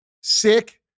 sick